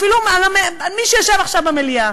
ואפילו מי שישב עכשיו במליאה.